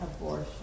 abortion